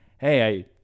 Hey